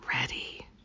ready